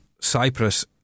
Cyprus